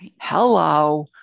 hello